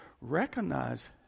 recognize